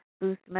boost